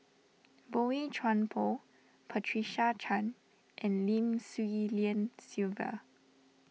Boey Chuan Poh Patricia Chan and Lim Swee Lian Sylvia